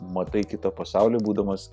matai kitą pasaulį būdamas